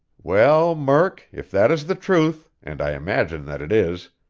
well, murk, if that is the truth, and i imagine that it is,